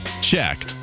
check